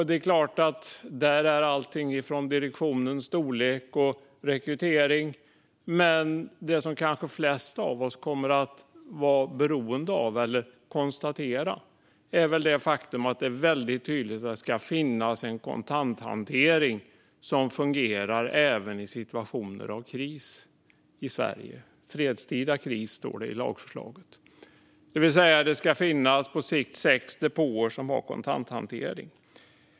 Det gäller sådant som direktionens storlek och rekrytering, men det som kanske flest av oss kommer att kunna konstatera är att det görs väldigt tydligt att det ska finnas en kontanthantering som fungerar även i situationer av kris i Sverige - fredstida kris, står det i lagförslaget. På sikt ska det finnas sex depåer som har kontanthantering.